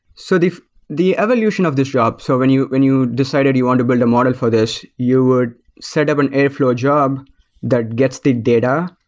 so the the evolution of this job, so when you when you decided you want to build a model for this, you would set up an airflow job that gets the data,